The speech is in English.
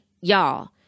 y'all